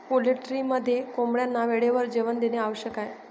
पोल्ट्रीमध्ये कोंबड्यांना वेळेवर जेवण देणे आवश्यक आहे